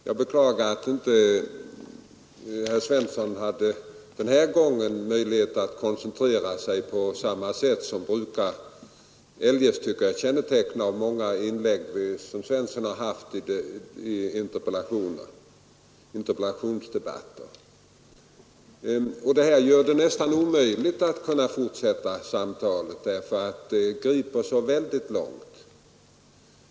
Jag beklagar att herr Svensson denna gång inte hade möjlighet att koncentrera sig på det sätt som brukar vara kännetecknande för åtskilliga av hans inlägg i interpellationsdebatter. Nu är det nästan omöjligt för mig att fortsätta diskussionen, det skulle föra oss väldigt långt.